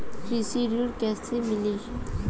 कृषि ऋण कैसे मिली?